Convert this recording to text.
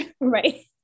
right